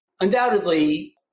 undoubtedly